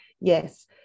yes